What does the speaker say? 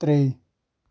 ترٛیٚیہِ